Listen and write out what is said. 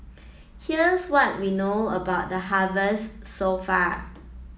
here's what we know about the harvest so far